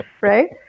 right